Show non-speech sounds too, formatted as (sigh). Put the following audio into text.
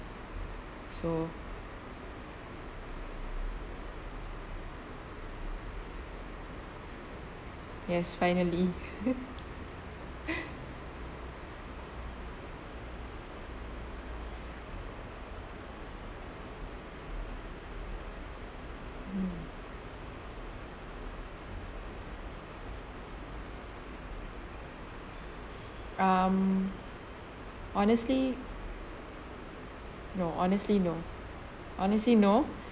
so yes finally (laughs) mm um honestly no honestly no honestly no